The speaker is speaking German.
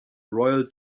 royal